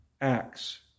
acts